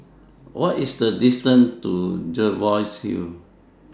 What IS The distance to Jervois Hill